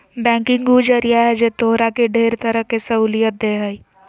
banking उ जरिया है जे तोहरा के ढेर तरह के सहूलियत देह हइ